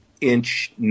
inch